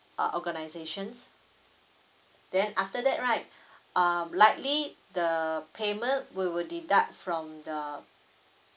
uh organisation then after that right um likely the payment we will deduct from the